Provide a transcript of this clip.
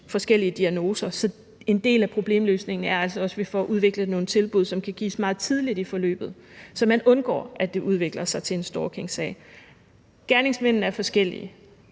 forskellige diagnoser, så en del af problemløsningen er altså også, at vi får udviklet nogle tilbud, som kan gives meget tidligt i forløbet, så man undgår, at det udvikler sig til en stalkingsag. Gerningsmændene er forskellige.